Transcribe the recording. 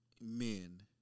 men